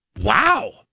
Wow